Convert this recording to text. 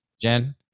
Jen